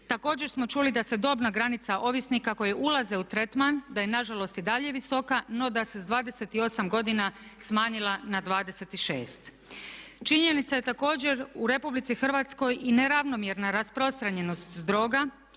Također smo čuli da se dobna granica ovisnika koji ulaze u tretman da je na žalost i dalje visoka, no da se sa 28 godina smanjila na 26. Činjenica je također u Republici Hrvatskoj i neravnomjerna rasprostranjenost droga